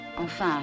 Enfin